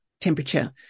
temperature